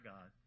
God